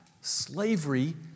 slavery